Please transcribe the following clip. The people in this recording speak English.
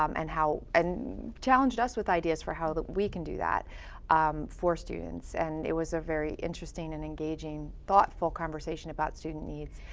um and how, and challenged us with ideas for how we can do that um for students. and it was a very interesting and engaging, thoughtful conversation about student need.